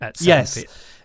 yes